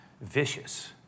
vicious